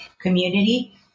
community